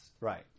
Right